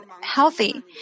healthy